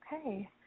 Okay